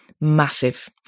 Massive